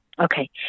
Okay